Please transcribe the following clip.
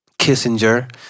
Kissinger